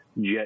jet